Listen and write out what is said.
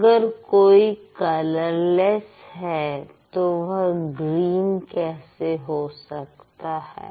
अगर कोई कलरलेस है तो वह ग्रीन कैसे हो सकता है